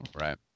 Right